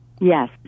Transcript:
Yes